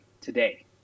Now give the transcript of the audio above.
today